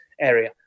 area